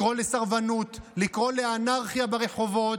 לקרוא לסרבנות, לקרוא לאנרכיה ברחובות.